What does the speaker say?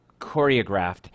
choreographed